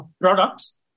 products